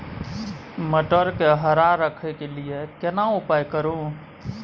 मटर के हरा रखय के लिए केना उपाय करू?